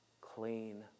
clean